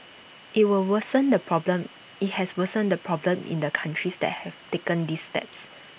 IT will worsen the problem IT has worsened the problem in the countries that have taken these steps